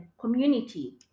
community